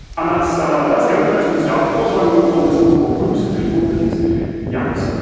um that's so that's good, that's a good start. also, i removed all listings for groups of people, because yikes.